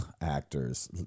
actors